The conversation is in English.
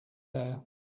there